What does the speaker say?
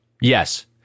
Yes